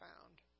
found